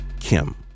Kim